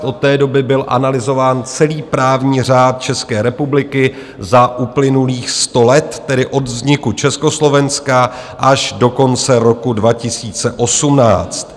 Od té doby byl analyzován celý právní řád České republiky za uplynulých sto let, tedy od vzniku Československa až do konce roku 2018.